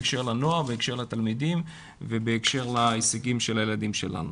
בהקשר לנוער ולתלמידים ובהקשר להישגים של הילדים שלנו.